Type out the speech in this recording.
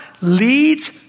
Leads